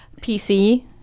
PC